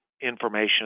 information